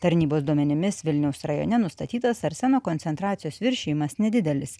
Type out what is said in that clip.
tarnybos duomenimis vilniaus rajone nustatytas arseno koncentracijos viršijimas nedidelis